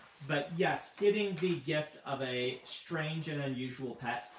but yes, getting the gift of a strange and unusual pet